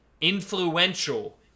Influential